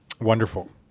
Wonderful